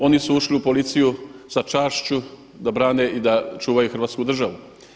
Oni su ušli u policiju sa čašću da brane i da čuvaju hrvatsku državu.